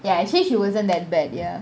ya actually she wasn't that bad ya